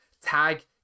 Tag